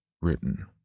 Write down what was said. Written